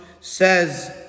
says